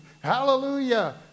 Hallelujah